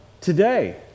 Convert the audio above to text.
today